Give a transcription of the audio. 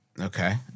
Okay